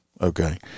okay